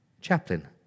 Chaplain